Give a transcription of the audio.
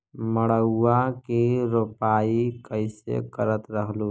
मड़उआ की रोपाई कैसे करत रहलू?